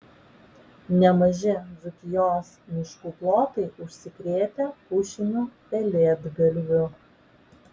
nemaži dzūkijos miškų plotai užsikrėtę pušiniu pelėdgalviu